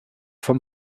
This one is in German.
vom